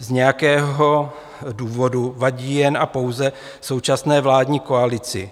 Z nějakého důvodu vadí jen a pouze současné vládní koalici.